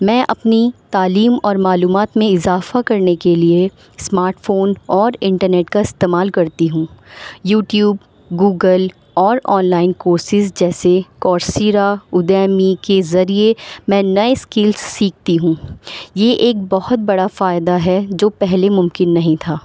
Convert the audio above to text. میں اپنی تعلیم اور معلومات میں اضافہ کرنے کے لیے اسمارٹ فون اور انٹرنیٹ کا استعمال کرتی ہوں یوٹیوب گوگل اور آن لائن کورسیز جیسے کورسییرہ ادمی کے ذریعے میں نئے اسکلس سیکھتی ہوں یہ ایک بہت بڑا فائدہ ہے جو پہلے ممکن نہیں تھا